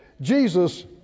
Jesus